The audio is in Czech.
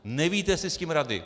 Nevíte si s tím rady.